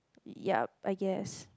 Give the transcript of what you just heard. yeap I guess